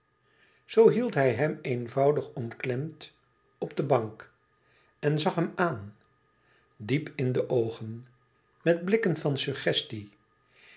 zoo hield hij hem eenvoudig omklemd op de bank en zag hem aan diep in de oogen met blikken van suggestie